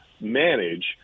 manage